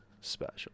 special